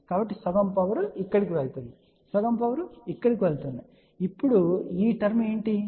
కాబట్టి సగం పవర్ ఇక్కడకు వెళుతుంది సగం పవర్ ఇక్కడకు వెళుతుంది ఇప్పుడు ఇక్కడ ఈ టర్మ్ ఏమిటి